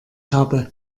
habe